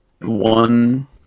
One